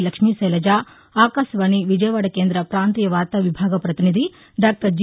లక్ష్మి తైలజ ఆకాశవాణి విజయవాడ కేంద్ర ప్రాంతీయ వార్తా విభాగ ప్రతినిధి డాక్టర్ జి